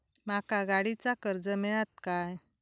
माका गाडीचा कर्ज मिळात काय?